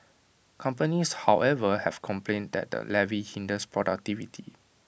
companies however have complained that the levy hinders productivity